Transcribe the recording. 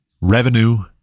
Revenue